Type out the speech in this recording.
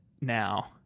now